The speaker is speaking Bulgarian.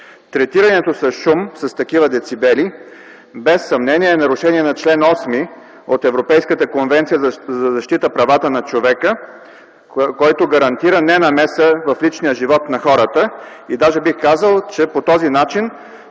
Третирането с шум с такива децибели, без съмнение, е нарушение на чл. 8 от Европейската конвенция за защита правата на човека, който гарантира ненамеса в личния живот на хората. Даже бих казал, че по този начин